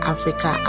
Africa